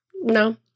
No